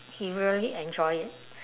he really enjoy it